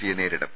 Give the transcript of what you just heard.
സിയെ നേരിടും